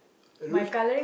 like you always